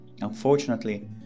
Unfortunately